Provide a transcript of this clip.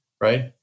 right